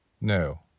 No